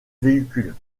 véhicules